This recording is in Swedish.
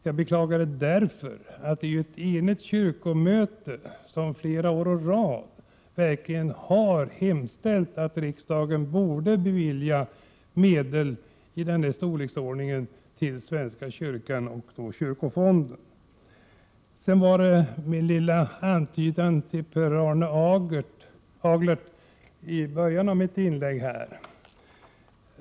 Jag beklagar det därför att ett enigt kyrkomöte flera år i rad har hemställt att riksdagen bör bevilja medel i denna storleksordning till svenska kyrkan och kyrkofonden. Sedan återkommer jag till min lilla antydan till Per Arne Aglert i början av mitt inlägg.